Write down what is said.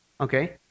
Okay